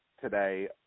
today